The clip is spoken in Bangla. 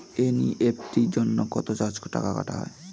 এন.ই.এফ.টি জন্য কত চার্জ কাটা হয়?